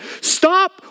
Stop